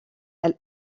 elle